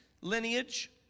lineage